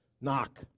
knock